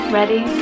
Ready